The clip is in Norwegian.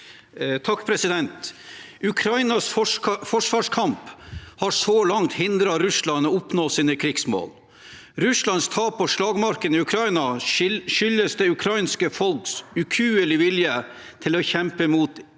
(H) Ukrainas forsvars- kamp har så langt hindret Russland i å oppnå sine krigsmål. Russlands tap på slagmarken i Ukraina skyldes det ukrainske folkets ukuelige vilje til å kjempe mot